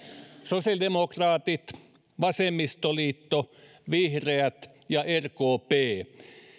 sosiaalidemokraatit vasemmistoliitto vihreät ja rkp